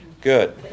good